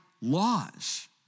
laws